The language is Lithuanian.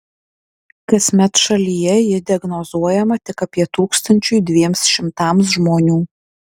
kasmet šalyje ji diagnozuojama tik apie tūkstančiui dviem šimtams žmonių